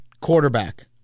quarterback